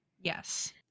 Yes